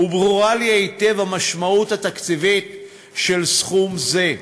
וברורה לי היטב המשמעות התקציבית של סכום כזה.